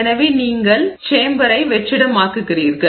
எனவே நீங்கள் கலனை அறையை வெற்றிடமாக்குகிறீர்கள்